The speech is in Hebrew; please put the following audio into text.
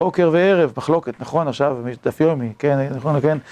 בוקר וערב, מחלוקת, נכון עכשיו, אם יש דף יומי, כן, נכון, כן.